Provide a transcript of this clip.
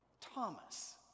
Thomas